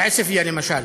בעוספיא למשל.